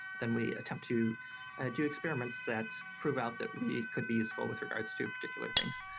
then we attempt to do experiments that prove out that we could be useful with regards to particular things.